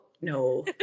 No